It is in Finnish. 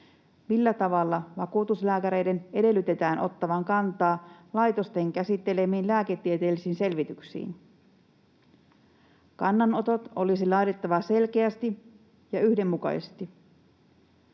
millä tavalla vakuutuslääkäreiden edellytetään ottavan kantaa laitosten käsittelemiin lääketieteellisiin selvityksiin. Kannanotot olisi laadittava selkeästi ja yhdenmukaisesti.